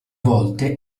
volte